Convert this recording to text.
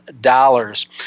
dollars